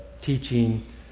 teaching